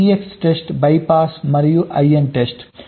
EXTEST BYPASS మరియు INTEST